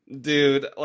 Dude